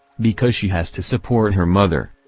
because she has to support her mother.